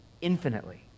infinitely